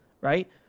right